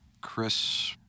Chris